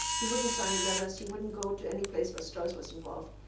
he wouldn't sign letters, he wouldn't go to any place where strauss was involved.